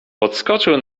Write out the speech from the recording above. podskoczył